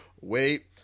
wait